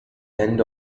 end